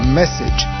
message